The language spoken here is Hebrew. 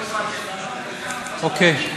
אוקיי.